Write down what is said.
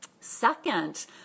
Second